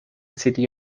city